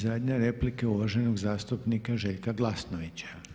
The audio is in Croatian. I zadnja replika uvaženog zastupnika Željka Glasnovića.